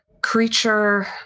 creature